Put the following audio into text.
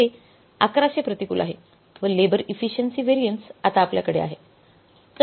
तर हे 1100 प्रतिकूल आहे व लेबर इफीशेन्सी व्हॅरियन्स आता आपल्याकडे आहे